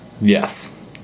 Yes